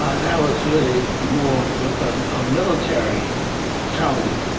ah that was really more with um a military tone.